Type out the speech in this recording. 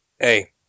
hey